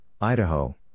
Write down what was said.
Idaho